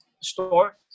store